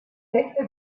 sette